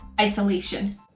isolation